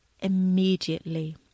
immediately